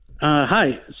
Hi